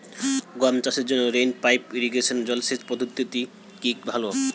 গম চাষের জন্য রেইন পাইপ ইরিগেশন জলসেচ পদ্ধতিটি কি ভালো?